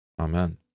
Amen